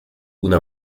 una